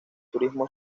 turismo